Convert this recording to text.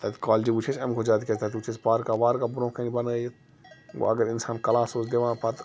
تَتہِ کالجہِ وُچھ اسہِ اَمہِ کھۄتہٕ زیادٕ تکیٛازِ تَتہِ وُچھ اسہِ پارکہ وارکہ برٛونٛہہ کٔنۍ بَنٲیِتھ گوٚو اگر اِنسان کلاس اوس دوان پَتہٕ